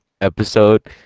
episode